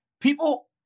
People